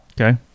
Okay